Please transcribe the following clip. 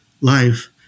life